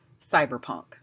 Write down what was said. cyberpunk